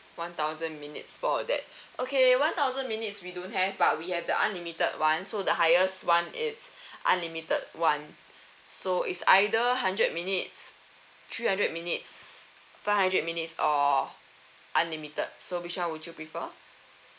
one thousand minutes for that okay one thousand minutes we don't have but we have the unlimited [one] so the highest [one] is unlimited [one] so it's either hundred minutes three hundred minutes five hundred minutes or unlimited so which one would you prefer